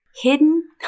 hidden